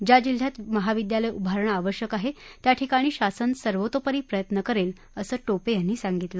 ज्या जिल्ह्यात महाविद्यालय उभारणं आवश्यक आहे त्याठिकाणी शासन सर्वेतोपरी प्रयत्न करेल असं टोपे यांनी सांगितलं